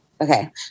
okay